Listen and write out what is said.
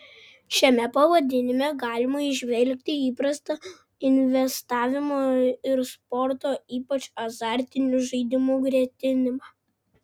šiame pavadinime galima įžvelgti įprastą investavimo ir sporto ypač azartinių žaidimų gretinimą